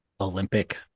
Olympic